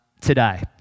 today